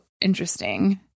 interesting